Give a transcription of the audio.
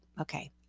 Okay